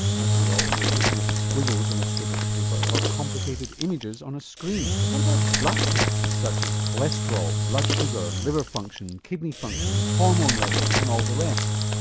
after all you're looking at squiggles on a strip of paper or complicated images on a screen. but what about blood tests such as cholesterol, blood sugar, liver function, kidney function, hormone levels and all the rest?